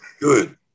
Good